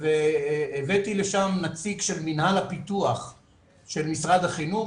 והבאתי לשם נציג של מינהל הפיתוח של משרד החינוך,